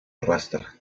arrastra